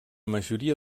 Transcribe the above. majoria